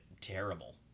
terrible